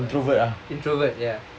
introvert ah